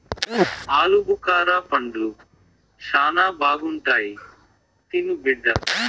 ఆలుబుకారా పండ్లు శానా బాగుంటాయి తిను బిడ్డ